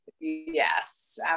Yes